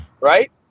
right